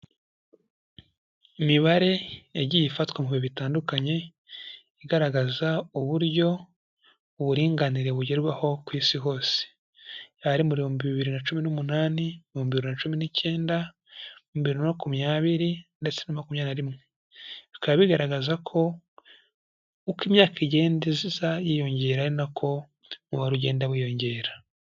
Imibare yagiye ifatwa mu bihe bitandukanye, igaragaza uburyo, uburinganire bugerwaho ku isi hose, hari mu bihumbi bibiri na cumi n' umunani, ibihumbi bibiri mirongo cumi n'icyenda ibihumbi bibiri na makumyabiri ndetse na makumyabiri rimwe, bikaba bigaragaza ko uko imyaka igenda iza yiyongera, ari nako umubare ugenda wiyongera.